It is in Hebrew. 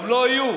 גם לא יהיו.